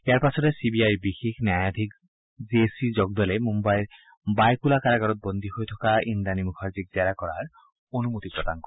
ইয়াৰ পাছতে C B আইৰ বিশেষ ন্যায়াধীশ জে চি জগদলে মুঘাইৰ বায়কুলা কাৰাগাৰত বন্দী হৈ থকা ইন্দ্ৰানী মুখাৰ্জীক জেৰা কৰাৰ অনুমতি প্ৰদান কৰে